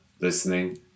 listening